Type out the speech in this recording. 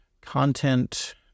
content